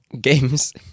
games